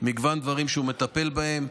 מגוון דברים שהוא מטפל בהם.